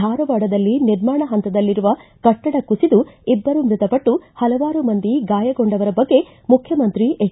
ಧಾರವಾಡದಲ್ಲಿ ನಿರ್ಮಾಣ ಹಂತದಲ್ಲಿರುವ ಕಟ್ಟಡ ಕುಸಿದು ಇಬ್ಬರು ಮೃತಪಟ್ಟು ಹಲವಾರು ಮಂದಿ ಗಾಯಗೊಂಡವರ ಬಗ್ಗೆ ಮುಖ್ಯಮಂತ್ರಿ ಎಚ್